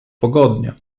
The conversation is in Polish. pogodnie